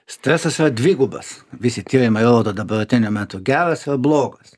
stresas yra dvigubas visi tyrimai rodo dabartiniu metu geras ir blogas